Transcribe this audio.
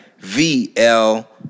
V-L